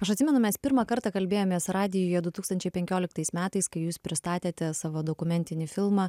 aš atsimenu mes pirmą kartą kalbėjomės radijuje du tūkstančiai penkioliktais metais kai jūs pristatėte savo dokumentinį filmą